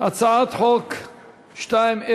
הצעת חוק 2041,